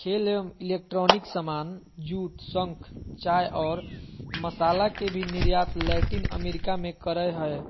खेल एवं इलेक्ट्रॉनिक सामान, जूट, शंख, चाय और मसाला के भी निर्यात लैटिन अमेरिका मे करअ हय